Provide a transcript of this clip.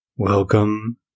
Welcome